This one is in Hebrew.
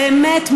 באמת,